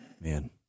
Man